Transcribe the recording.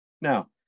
Now